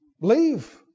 leave